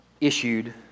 issued